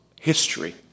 history